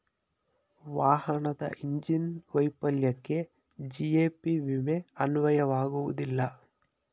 ವಾಹನದ ಇಂಜಿನ್ ವೈಫಲ್ಯಕ್ಕೆ ಜಿ.ಎ.ಪಿ ವಿಮೆ ಅನ್ವಯವಾಗುವುದಿಲ್ಲ